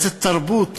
איזו תרבות